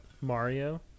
Mario